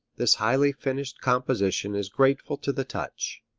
this highly finished composition is grateful to the touch.